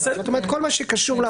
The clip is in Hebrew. זאת אומרת כל מה שקשור למארג הזה.